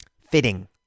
Fitting